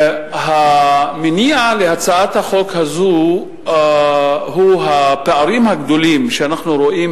המניע להצעת החוק הזו הוא הפערים הגדולים שאנחנו רואים